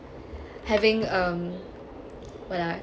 havinng um what uh